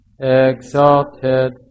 exalted